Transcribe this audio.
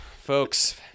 Folks